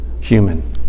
human